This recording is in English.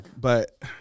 but-